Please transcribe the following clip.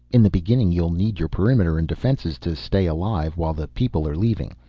in the beginning you'll need your perimeter and defenses to stay alive, while the people are leaving.